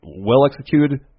well-executed